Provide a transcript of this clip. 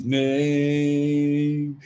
name